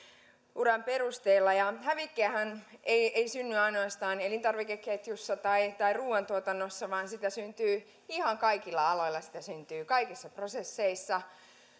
työuran perusteella hävikkiähän ei ei synny ainoastaan elintarvikeketjussa tai tai ruuantuotannossa vaan sitä syntyy ihan kaikilla aloilla sitä syntyy kaikissa prosesseissa